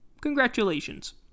Congratulations